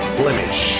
blemish